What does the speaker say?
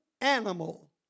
animal